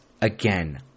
again